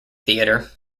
theatre